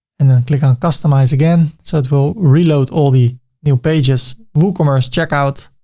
and then click on customize again. so it will reload all the new pages. woocommerce checkout,